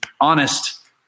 honest